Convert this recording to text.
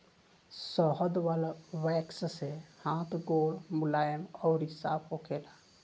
शहद वाला वैक्स से हाथ गोड़ मुलायम अउरी साफ़ होखेला